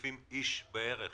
מהר.